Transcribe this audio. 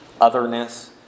otherness